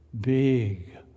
Big